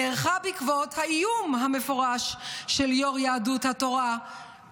נערכה בעקבות האיום המפורש של יו"ר יהדות התורה,